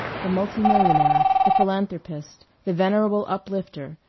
the multimillionaire, the philanthropist, the venerable uplifter,